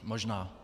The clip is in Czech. Možná.